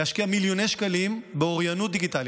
להשקיע מיליוני שקלים באוריינות דיגיטלית.